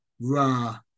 Ra